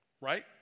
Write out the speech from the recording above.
Right